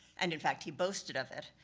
and in fact, he boasted of it.